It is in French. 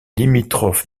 limitrophe